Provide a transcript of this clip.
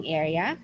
area